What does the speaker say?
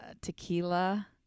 tequila